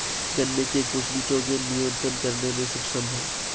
गन्ने की कुछ निटोगेन नियतन करने में सक्षम है